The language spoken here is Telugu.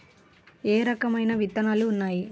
ఏ రకమైన విత్తనాలు ఉన్నాయి?